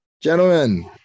gentlemen